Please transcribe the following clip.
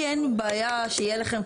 לי אין בעיה שיהיה לכם.